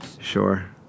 Sure